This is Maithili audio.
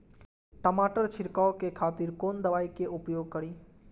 टमाटर छीरकाउ के खातिर कोन दवाई के उपयोग करी?